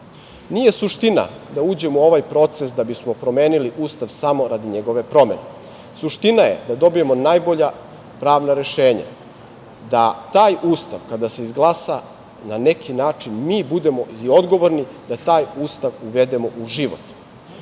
Nije suština da uđemo u ovaj procese da bismo promenili Ustav samo radi njegove promene. Suština je da dobijemo najbolja pravna rešenja, da taj Ustav kada se izglasa na neki način mi budemo i odgovorni, da taj Ustav uvedemo u život. Ustav